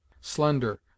slender